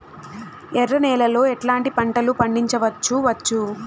ఎర్ర నేలలో ఎట్లాంటి పంట లు పండించవచ్చు వచ్చు?